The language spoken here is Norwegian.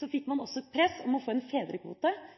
fikk man et press for å få en fedrekvote